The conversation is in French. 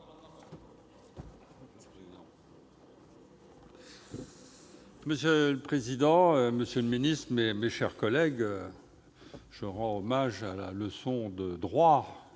Monsieur le président, monsieur le secrétaire d'État, mes chers collègues, je rends hommage à la leçon de droit